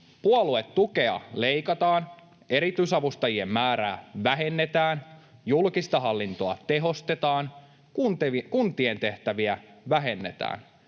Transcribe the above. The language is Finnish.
Puoluetukea leikataan. Erityisavustajien määrää vähennetään. Julkista hallintoa tehostetaan. Kuntien tehtäviä vähennetään.